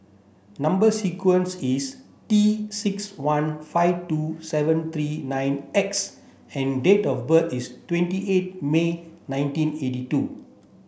number sequence is T six one five two seven three nine X and date of birth is twenty eight May nineteen eighty two